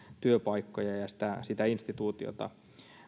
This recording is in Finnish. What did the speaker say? työpaikkoja ja sitä sitä instituutiota